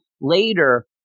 later